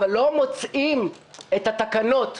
אבל לא מוצאים את התקנות.